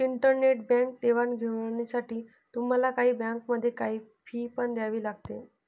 internet bank देवाणघेवाणीसाठी तुम्हाला काही बँकांमध्ये, काही फी पण द्यावी लागते